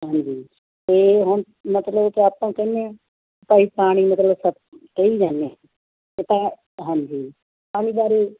ਹਾਂਜੀ ਅਤੇ ਹੁਣ ਮਤਲਬ ਕਿ ਆਪਾਂ ਕਹਿੰਦੇ ਹਾਂ ਭਾਈ ਪਾਣੀ ਮਤਲਬ ਕਹੀ ਜਾਂਦੇ ਹਾਂ ਇੱਕ ਤਾਂ ਹਾਂਜੀ ਪਾਣੀ ਬਾਰੇ